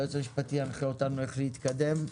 היועץ המשפטי ינחה אותנו איך להתקדם.